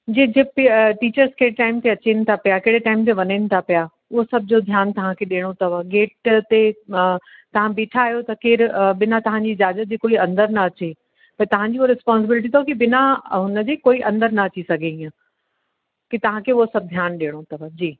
जेके बि टीचर्स कहिड़े टाइम ते अचनि था पिया कहिड़े टाइम ते वञनि था पिया उहो सभु ध्यानु तव्हांखे ॾियणो अथव गेट ते तव्हां बीठा आहियो त केरु बिना तव्हांजी इजाज़त जे कोई अंदरि न अचे त तव्हांजी हूअ रिस्पॉन्सबिलिटी अथव की बिना हुनजे कोई अंदरि न अची सघे ईअं की तव्हांखे उहो सभु ध्यानु ॾियणो अथव जी